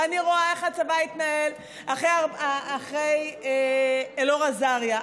ואני רואה איך הצבא התנהל אחרי אלאור אזריה,